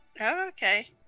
okay